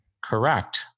Correct